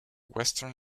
western